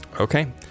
Okay